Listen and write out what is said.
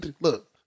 look